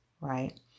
right